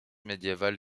médiéval